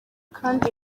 kandi